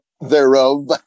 thereof